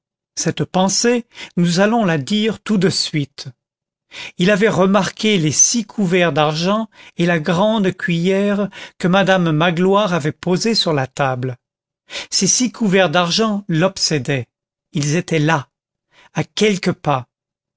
cette pensée nous allons la dire tout de suite il avait remarqué les six couverts d'argent et la grande cuiller que madame magloire avait posés sur la table ces six couverts d'argent l'obsédaient ils étaient là à quelques pas